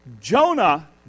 Jonah